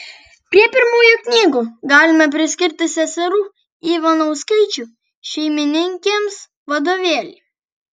prie pirmųjų knygų galime priskirti seserų ivanauskaičių šeimininkėms vadovėlį